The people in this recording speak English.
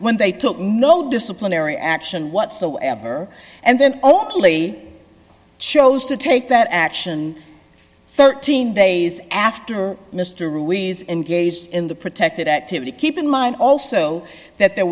when they took no disciplinary action whatsoever and then only chose to take that action thirteen days after mr ruiz engaged in the protected activity keep in mind also that there